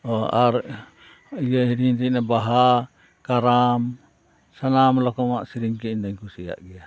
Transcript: ᱚ ᱟᱨ ᱤᱭᱟᱹ ᱦᱤᱲᱤᱧ ᱤᱫᱟᱹᱧ ᱵᱟᱦᱟ ᱠᱟᱨᱟᱢ ᱥᱟᱱᱟᱢ ᱨᱚᱠᱚᱢᱟᱜ ᱥᱮᱨᱮᱧ ᱜᱮ ᱤᱧ ᱫᱩᱧ ᱠᱩᱥᱤᱭᱟᱜ ᱜᱮᱭᱟ